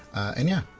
and yeah,